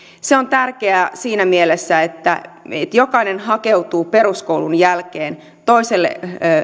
se on tärkeää siinä mielessä että jokainen hakeutuu peruskoulun jälkeen toiselle